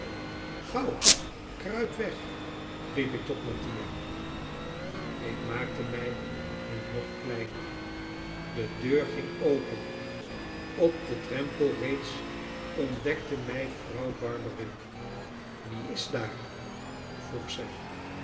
gauw kruip weg riep ik tot mattia ik maakte mij nu nog kleiner de deur ging open op den drempel reeds ontdekte mij vrouw barberin wie is daar vroeg zij